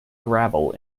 gravel